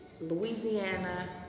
Louisiana